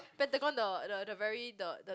Pentagon the the the very the the